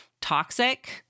toxic